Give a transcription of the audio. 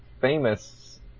famous